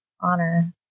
honor